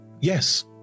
yes